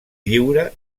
lliure